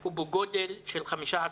הוא בגודל של 15 מטרים.